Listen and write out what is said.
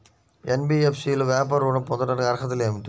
NBFC లో వ్యాపార ఋణం పొందటానికి అర్హతలు ఏమిటీ?